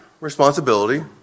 responsibility